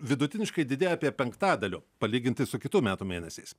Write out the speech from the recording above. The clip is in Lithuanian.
vidutiniškai didėja apie penktadaliu palyginti su kitų metų mėnesiais